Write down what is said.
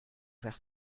faire